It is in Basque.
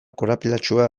korapilatsua